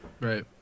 Right